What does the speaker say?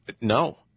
no